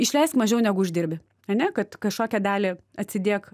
išleisk mažiau negu uždirbi ane kad kažkokią dalį atsidėk